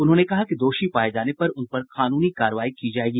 उन्होंने कहा कि दोषी पाये जाने पर उन पर कानूनी कार्रवाई की जायेगी